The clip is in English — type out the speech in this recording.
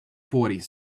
fourties